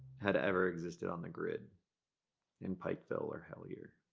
had ever existed on the grid in pikeville or hellier.